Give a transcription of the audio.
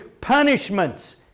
punishments